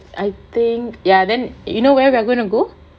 I think ya then you know where we're going to go